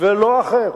ולא אחר,